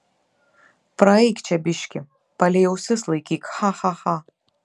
praeik čia biškį palei ausis laikyk cha cha cha